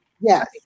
Yes